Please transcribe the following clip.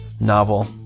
novel